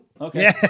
Okay